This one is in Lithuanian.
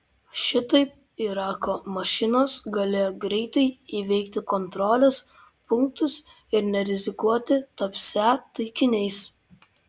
šitaip irako mašinos galėjo greitai įveikti kontrolės punktus ir nerizikuoti tapsią taikiniais